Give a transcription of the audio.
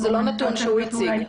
זה לא נתון שהוא הציג.